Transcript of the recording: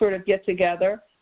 sort of, get together.